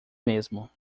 mesmo